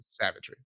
savagery